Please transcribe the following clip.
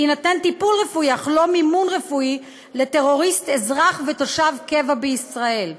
אך לא מימון רפואי לטרוריסט אזרח ותושב קבע בישראל.